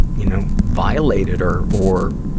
you know, violated or, or,